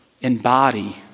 embody